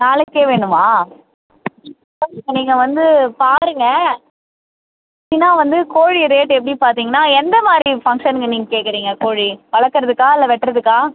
நாளைக்கே வேணுமா ஓகே நீங்கள் வந்து பாருங்கள் எப்படின்னா வந்து கோழி ரேட் எப்படின்னு பார்த்தீங்கன்னா எந்தமாதிரி ஃபங்க்ஷனுக்கு நீங்கள் கேட்குறீங்க கோழி வளர்க்கறதுக்கா இல்லை வெட்டுறதுக்கா